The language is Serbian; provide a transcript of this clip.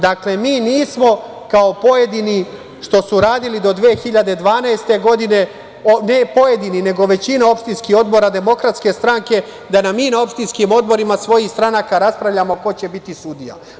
Dakle, mi nismo kao pojedini što su radili do 2012. godine, ne pojedini, nego većina opštinskih odbora DS, da na opštinskim odborima svojih stranaka raspravljamo ko će biti sudija.